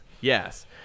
yes